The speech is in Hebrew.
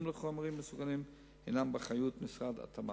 לחומרים מסוכנים הם באחריות משרד התעשייה,